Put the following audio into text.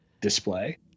display